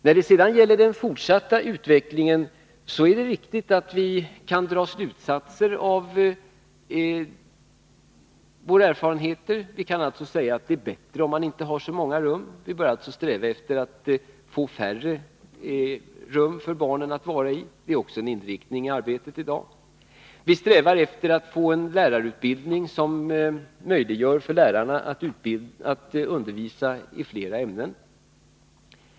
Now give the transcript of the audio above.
När det sedan gäller den fortsatta utvecklingen är det riktigt att vi kan dra slutsatser av våra erfarenheter. Vi kan säga att det är bättre om man inte har så många rum. Vi bör alltså sträva efter att barnen får färre rum att varai. Det är också en inriktning i arbetet i dag. Visträvar också efter att få en lärarutbildning som möjliggör för lärarna att undervisa i flera ämnen.